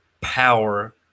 power